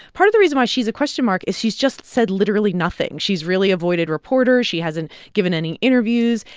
part of the reason why she's a question mark is she's just said literally nothing. she's really avoided reporters. she hasn't given any interviews.